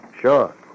Sure